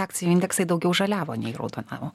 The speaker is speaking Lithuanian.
akcijų indeksai daugiau žaliavo nei raudonavo